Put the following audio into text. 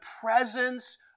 presence